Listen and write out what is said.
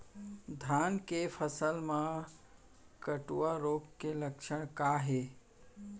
धान के फसल मा कटुआ रोग के लक्षण का हे?